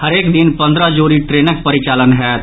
हरेक दिन पन्द्रह जोड़ी ट्रेनक परिचालन होयत